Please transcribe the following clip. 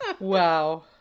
wow